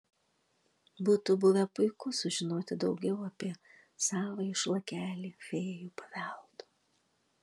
būtų buvę puiku sužinoti daugiau apie savąjį šlakelį fėjų paveldo